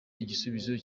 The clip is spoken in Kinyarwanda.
igisubizo